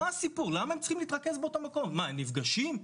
הם נפגשים?